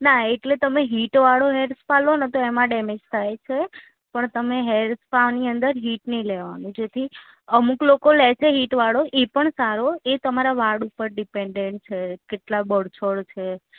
ના એટલે તમે હીટ વાળો હેર સ્પા લો ને તો એમાં ડેમેજ થાય છે પણ તમે હેર સ્પાની અંદર હીટ નહીં લેવાનું જેથી અમુક લોકો લે છે હીટ વાળો એ પણ સારો એ તમારા વાળ ઉપર ડિપેન્ડેન્ટ છે કેટલા બરછટ છે